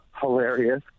Hilarious